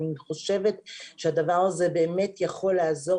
אני חושבת שהדבר הזה באמת יכול לעזור